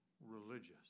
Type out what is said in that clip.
religious